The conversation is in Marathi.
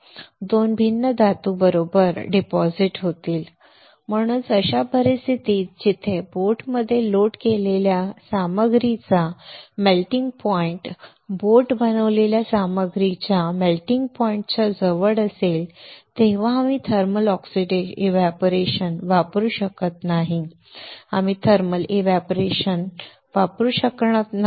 2 भिन्न धातू बरोबर जमा होतील म्हणूनच अशा परिस्थितीत जिथे बोटमध्ये लोड केलेल्या सामग्रीचा मेल्टिंग पॉइंट बोट बनवलेल्या सामग्रीच्या मेल्टिंग पॉइंट च्या जवळ असेल तेव्हा आम्ही थर्मल एव्हपोरेशन वापरू शकत नाही आम्ही थर्मल एव्हपोरेशन वापरू शकत नाही